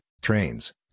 trains